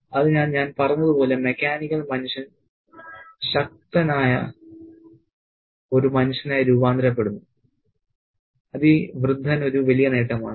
അതിനാൽ ഞാൻ പറഞ്ഞതുപോലെ മെക്കാനിക്കൽ മനുഷ്യൻ ശക്തനായ ഒരു മനുഷ്യനായി രൂപാന്തരപ്പെടുന്നു അത് ഈ വൃദ്ധന് ഒരു വലിയ നേട്ടമാണ്